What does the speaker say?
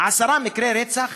עשרה מקרי רצח